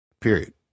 period